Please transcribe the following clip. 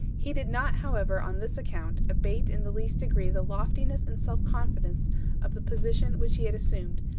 he did not, however, on this account, abate in the least degree the loftiness and self confidence of the position which he had assumed,